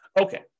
Okay